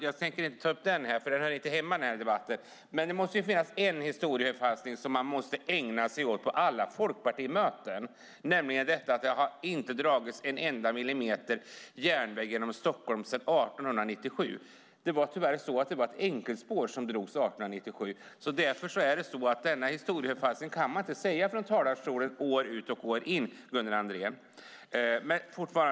Jag tänker inte ta upp den frågan här eftersom den inte hör hemma här. Men det måste finnas en fråga i historieförfalskningen som man måste ägna sig åt på alla folkpartimöten, nämligen att det inte har dragits en enda millimeter järnväg genom Stockholm sedan 1897. Det var ett enkelspår som drogs 1897. Denna historieförfalskning kan man inte upprepa från talarstolen år ut och år in, Gunnar Andrén.